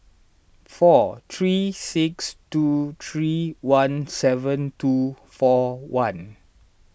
four three six two three one seven two four one